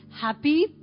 happy